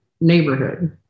neighborhood